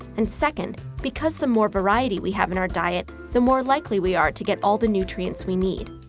and second, because the more variety we have in our diet, the more likely we are to get all the nutrients we need.